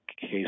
case